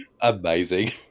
Amazing